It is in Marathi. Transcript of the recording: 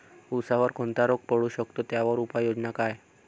ऊसावर कोणता रोग पडू शकतो, त्यावर उपाययोजना काय?